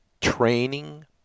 training